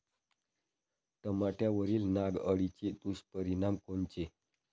टमाट्यावरील नाग अळीचे दुष्परिणाम कोनचे?